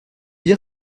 dire